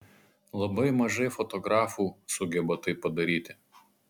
labai mažai fotografų sugeba tai padaryti